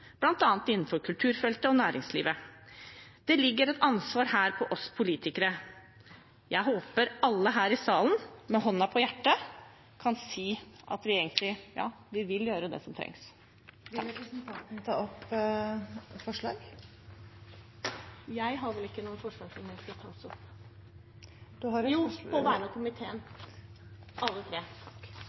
innenfor kulturfeltet og næringslivet. Det ligger et ansvar her på oss politikere. Jeg håper alle her i salen med hånden på hjertet kan si at vi vil gjøre det som trengs. Vil representanten ta opp forslag? Jeg tar opp forslag nr. 1. Representanten Åslaug Sem-Jacobsen har tatt opp det forslaget hun refererte til. Metoo-kampanjen har ført til et paradigmeskifte, hører jeg